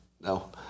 No